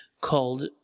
called